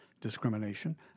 discrimination